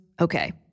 okay